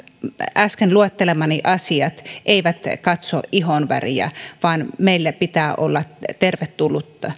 äsken luettelemani asiat eivät katso ihonväriä vaan meille pitää olla tervetullut